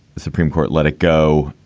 the supreme court let it go,